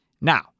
Now